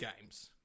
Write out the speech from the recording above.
games